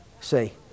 See